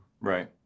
Right